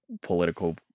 political